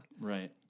Right